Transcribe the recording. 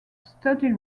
study